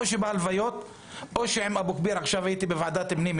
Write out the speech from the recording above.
או בהלוויות או באבו כביר עכשיו הייתי בוועדת הפנים,